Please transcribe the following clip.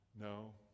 No